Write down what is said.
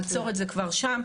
לעצור את זה כבר שם.